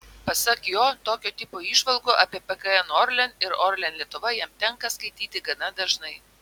pasak jo tokio tipo įžvalgų apie pkn orlen ir orlen lietuva jam tenka skaityti gana dažnai